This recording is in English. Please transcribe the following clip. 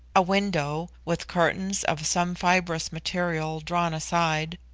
a window, with curtains of some fibrous material drawn aside,